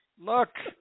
Look